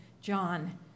John